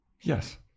Yes